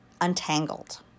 untangled